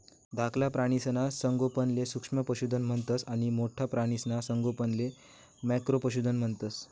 धाकला प्राणीसना संगोपनले सूक्ष्म पशुधन म्हणतंस आणि मोठ्ठा प्राणीसना संगोपनले मॅक्रो पशुधन म्हणतंस